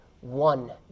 One